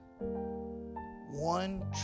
one